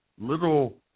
little